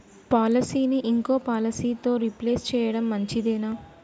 పాలసీని ఇంకో పాలసీతో రీప్లేస్ చేయడం మంచిదేనా?